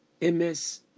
ms